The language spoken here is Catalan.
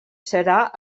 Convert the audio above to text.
serà